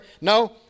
No